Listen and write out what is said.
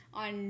on